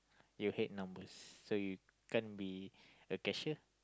you hate numbers so you can't be a cashier